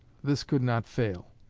this could not fail.